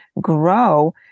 grow